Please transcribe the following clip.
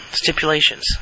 stipulations